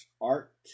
Art